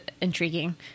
intriguing